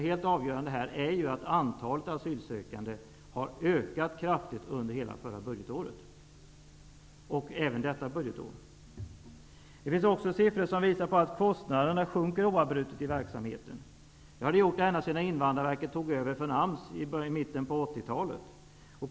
Helt avgörande är att antalet asylsökande kraftigt har ökat under hela förra budgetåret och även under detta budgetår. Det finns också siffror som visar att kostnaderna sjunker oavbrutet. Det har de gjort ända sedan talet.